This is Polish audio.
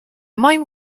moim